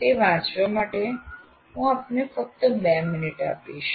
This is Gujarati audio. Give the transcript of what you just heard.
તે વાંચવા માટે હું આપને ફક્ત 2 મિનિટ આપીશ